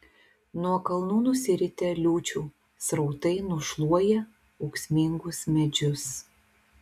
nuo kalnų nusiritę liūčių srautai nušluoja ūksmingus medžius